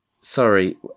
Sorry